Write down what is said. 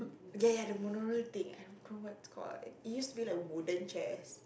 ya ya the monorail thing I don't know what's it called it used to be like wooden chairs